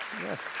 Yes